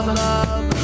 love